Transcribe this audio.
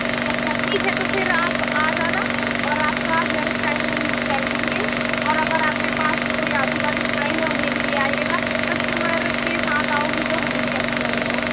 अच्छा अच्छा ठीक है तो फ़िर आप आ जाना और आपका हेयर इस्टाइल हम कर देंगे और अगर आपके पास कोई आजू बाजू फ्रेन्ड हैं उन्हें भी ले आएगा कस्टमर के साथ आओगी तो हमें भी अच्छा लगेगा